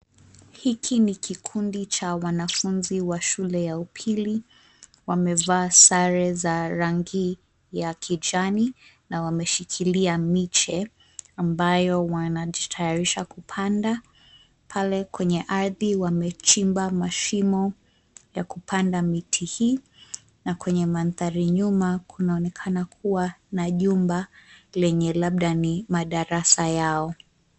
Hiki ni kikundi cha wanafunzi wa shule ya upili, wamevaa sare za rangi ya kijani na wameshikilia miche ambayo wanajitayarisha kupanda. Pale kwenye ardhi wamechimba mashimo ya kupanda miti hii na kwenye mandhari nyuma, kunaonekana kuwa na jumba lenye labda ni madarasa yao.